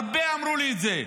הרבה אמרו לי את זה,